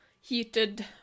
heated